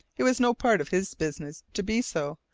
it was no part of his business to be so,